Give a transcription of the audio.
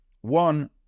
one